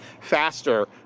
faster